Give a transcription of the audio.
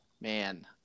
Man